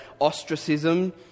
ostracism